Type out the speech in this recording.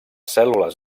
cèl·lules